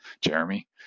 Jeremy